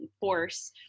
force